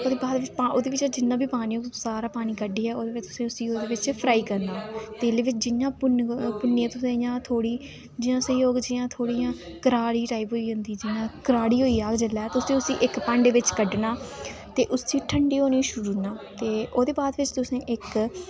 ओह्दे बाद बिच ओह्दे बिचा जिन्ना बी पानी होग ओह् सारा पानी कड्ढियै फिर उसी ओह् फ्राई करना तेलै बिच तुसें जि'यां भुन्नियै उसी थोह्ड़ा जि'यां सेही होग जि'यां करारी टाइप होई जंदी जि'यां कराड़ी होई जाह्ग ते उसी इक भांडे बिच कड्ढना ते उसी ठंड़े होन छोड्डी ओड़ना ओह्दे बिच तुसें इक